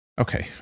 Okay